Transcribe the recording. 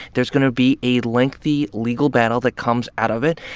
there's going to be a lengthy legal battle that comes out of it.